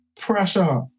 pressure